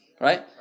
Right